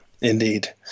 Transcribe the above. indeed